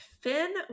Finn